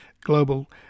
global